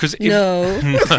No